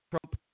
Trump